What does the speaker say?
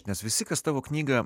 nes visi kas tavo knygą